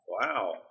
Wow